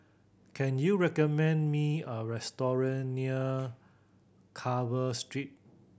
can you recommend me a restaurant near Carver Street